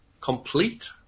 complete